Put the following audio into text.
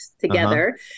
together